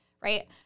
Right